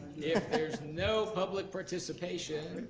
if there's no public participation,